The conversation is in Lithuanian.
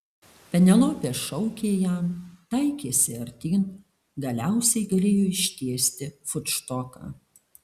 penelopė šaukė jam taikėsi artyn galiausiai galėjo ištiesti futštoką